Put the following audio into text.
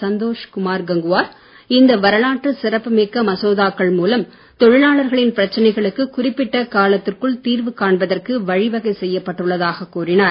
சந்தோஷ் குமார் கங்குவார் இந்த வரலாற்றுச் சிறப்பு மிக்க மசோதாக்கள் மூலம் தொழிலாளர்களின் பிரச்சனைகளுக்கு குறிப்பிட்ட காலத்திற்குள் தீர்வு காண்பதற்கு வழிவகை செய்யப்பட்டுள்ளதாக கூறினார்